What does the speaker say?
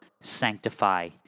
sanctify